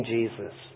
Jesus